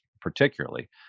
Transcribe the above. particularly